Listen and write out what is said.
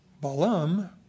Balaam